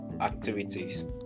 activities